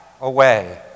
away